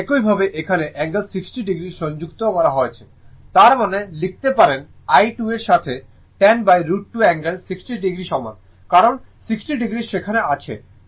এবং একইভাবে এখানে অ্যাঙ্গেল 60o সংযুক্ত করা হয়েছে তার মানে লিখতে পারেন i2 এর সাথে 10√ 2 অ্যাঙ্গেল 60o সমান কারণ 60o সেখানে আছে